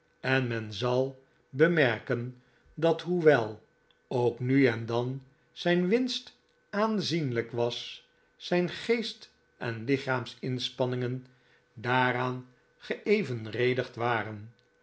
en men zal bemerken dat hoewel ook nu en dan zijn winst aanzienlijk was zijn geest en lichaamsinspanningen daaraan geevenredigd waren